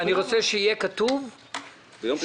אני רוצה שיהיה כתוב --- ביום פרסומו.